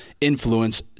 influence